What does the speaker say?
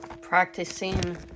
Practicing